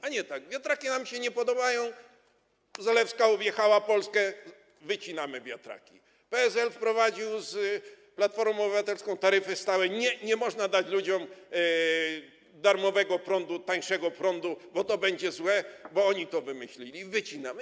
A nie tak: wiatraki nam się nie podobają, Zalewska objechała Polskę, wycinamy wiatraki, PSL z Platformą Obywatelską wprowadził taryfy stałe, nie, nie można dać ludziom darmowego prądu, tańszego prądu, bo to będzie złe, bo oni to wymyślili, więc wycinamy.